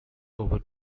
over